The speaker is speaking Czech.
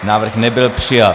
Návrh nebyl přijat.